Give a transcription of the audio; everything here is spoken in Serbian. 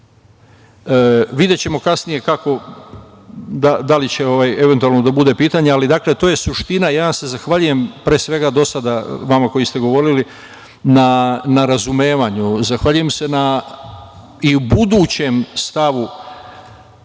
svuda. Videćemo kasnije da li će eventualno da bude pitanja, ali to je suština. Ja se zahvaljujem, pre svega, do sada vama koji ste govorili na razumevanju. Zahvaljujem se i u budućem stavu